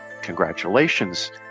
congratulations